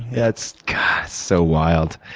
that's so wild.